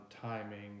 timing